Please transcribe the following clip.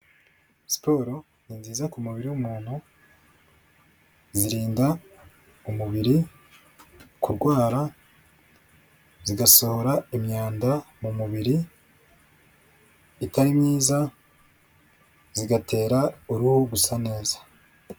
Siporo ni nziza ku mubiri w'umuntu, zirinda umubiri kurwara, zigasohora imyanda mu mubiri itari myiza, bigatera uruhu gusa neza.